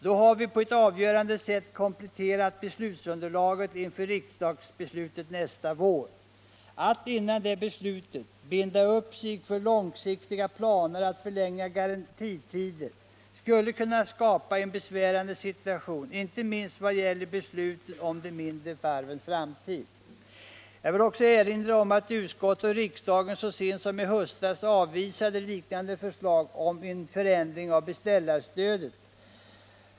Då har vi på ett avgörande sätt kompletterat beslutsunderlaget inför riksdagsbeslutet nästa vår. Att innan det beslutet fattas binda upp sig för långsiktiga planer och förlänga garantitider skulle kunna skapa en besvärande situation inte minst vad gäller besluten om de mindre varvens framtid. Jag vill också erinra om att utskottet och riksdagen så sent som i höstas avvisade liknande förslag om en förändring av beställarstödet.